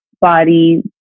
body